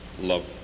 love